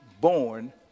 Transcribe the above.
born